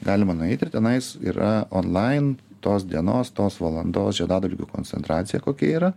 galima nueiti ir tenais yra onlain tos dienos tos valandos žiedadulkių koncentracija kokia yra